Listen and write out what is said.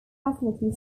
facility